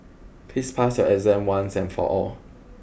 please pass your exam once and for all